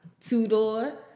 Two-door